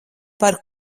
par